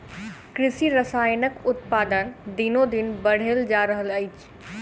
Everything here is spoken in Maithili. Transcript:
कृषि रसायनक उत्पादन दिनोदिन बढ़ले जा रहल अछि